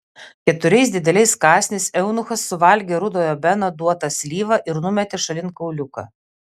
keturiais dideliais kąsniais eunuchas suvalgė rudojo beno duotą slyvą ir numetė šalin kauliuką